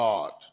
God